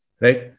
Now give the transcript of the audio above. right